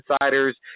Insiders